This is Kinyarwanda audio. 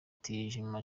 mutijima